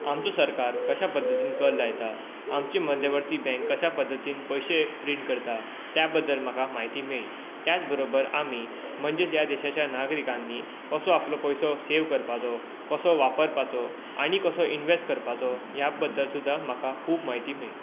आमचो सरकार कश्या पद्दतीन कर लायता आमची मध्यवर्ती बँक कश्या पद्दतीन पयशे प्रिंट करता त्या बद्दल म्हाका म्हायती मेळ्ळी त्याच बरोबर आमी म्हणजें ह्या देशाच्या नागरिकांनी कसो आपलो पयसो सेव करपाक जाय कसो वापरपाचो आनी कसो इनवॅस्ट करपाचो ह्या बद्दल सुद्दां म्हाका खूब म्हायती मेळ्ळी